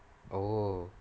oh